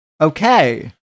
Okay